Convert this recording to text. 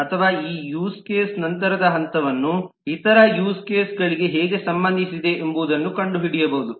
ಅಥವಾ ಈ use case ನಂತರದ ಹಂತವನ್ನು ಇತರ ಯೂಸ್ ಕೇಸ್ಗಳಿಗೆ ಹೇಗೆ ಸಂಬಂಧಿಸಿದೆ ಎಂಬುದನ್ನು ಕಂಡುಹಿಡಿಯಬಹುದು